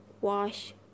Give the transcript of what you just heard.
wash